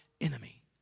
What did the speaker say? enemy